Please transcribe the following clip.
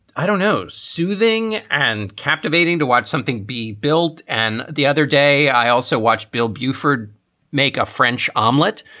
i don't know, soothing and captivating to watch something be built. and the other day, i also watched bill buford make a french omelet,